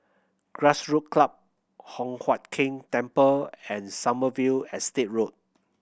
Grassroot Club Hock Huat Keng Temple and Sommerville Estate Road